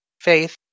faith